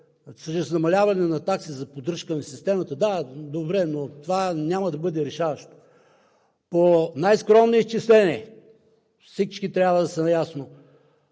намаляване на такси за поддръжка на системата, да, добре, но това няма да бъде решаващо. По най-скромни изчисления, всички трябва да са наясно,